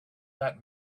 that